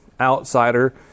outsider